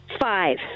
Five